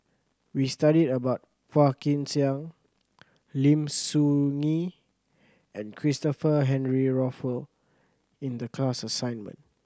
we studied about Phua Kin Siang Lim Soo Ngee and Christopher Henry Rothwell in the class assignment